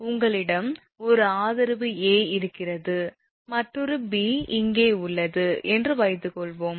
உங்களிடம் ஒரு ஆதரவு 𝐴 இருக்கிறது மற்றொரு 𝐵 இங்கே உள்ளது என்று வைத்துக்கொள்வோம்